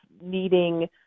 needing